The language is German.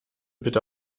bitte